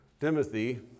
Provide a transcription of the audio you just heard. Timothy